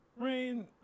Rain